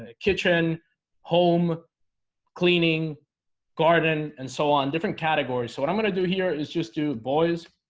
ah kitchen home cleaning garden and so on different categories, so what i'm gonna do here is just do boys